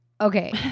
okay